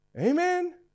Amen